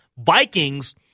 Vikings